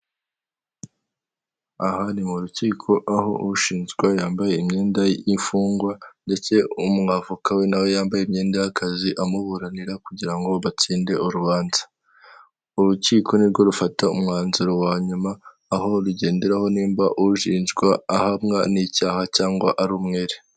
Aha ni mu rukiko aho ushinjwa yambaye imyenda y'imfungwa, ndetse umwavoka we nawe yambaye imyenda y'akazi amuburanira kugira ngo batsinde urubanza. Urukiko nirwo rufata umwanzuro wa nyuma, aho rugenderaho nimba ushinjwa ahamwa n'icyaha, cyangwa ari umwere.